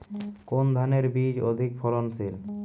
কোন ধানের বীজ অধিক ফলনশীল?